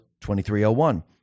2301